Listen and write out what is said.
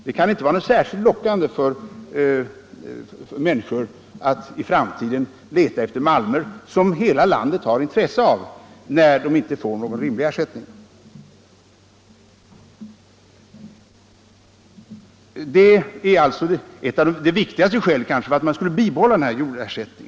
Det kan inte i framtiden vara särskilt lockande för människor att leta efter malmer, som hela landet har intresse av, när de inte får rimlig ersättning härför. Det är ett av de viktigaste skälen för att man borde bibehålla jordägaravgälden.